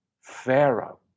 Pharaoh